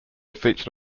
featured